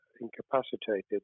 incapacitated